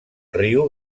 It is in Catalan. riu